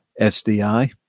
sdi